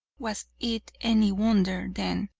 was it any wonder, then,